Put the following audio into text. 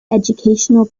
educational